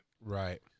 Right